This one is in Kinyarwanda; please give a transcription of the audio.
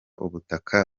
ubutaka